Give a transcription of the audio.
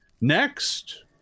Next